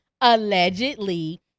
Allegedly